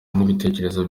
n’ibitekerezo